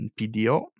PDO